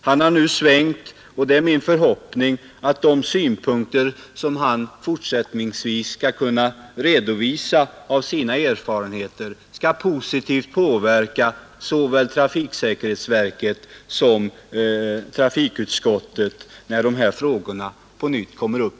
Han har nu svängt, och det är min förhoppning att de synpunkter som han fortsättningsvis skall kunna redovisa av sina erfarenheter skall positivt påverka såväl trafiksäkerhetsverket som trafikutskottet när dessa frågor på nytt kommer upp